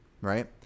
right